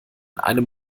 einem